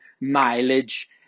mileage